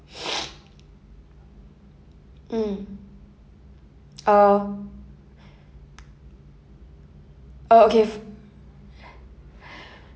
mm oh oh okay